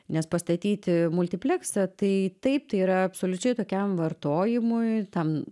nes pastatyti multipleksą tai taip tai yra absoliučiai tokiam vartojimui tam